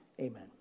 Amen